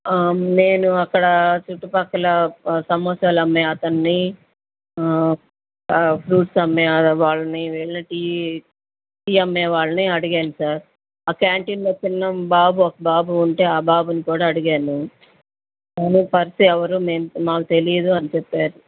నేను అక్కడ చుట్టుపక్కల సమోసాలు అమ్మే అతన్ని ఫ్రూట్స్ అమ్మే వాళ్ళని వీళ్ళని టీ టీ అమ్మే వాళ్ళని అడిగాను సార్ ఆ క్యాంటీన్లో చిన్న బాబు ఒక బాబు ఉంటే ఆ బాబుని కూడా అడిగాను కానీ పర్సు ఎవరు మాకు తెలియదని చెప్పారు